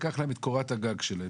לקח להם את קורת הגג שלהם.